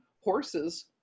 Horses